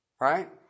right